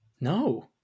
No